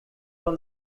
from